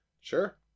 Sure